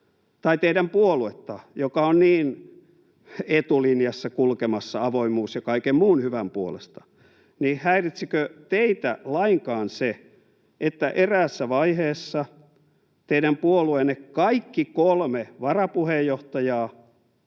tai teidän puoluettanne, joka on niin etulinjassa kulkemassa avoimuuden ja kaiken muun hyvän puolesta, häiritsikö teitä lainkaan se, että eräässä vaiheessa teidän puolueenne kaikki kolme varapuheenjohtajaa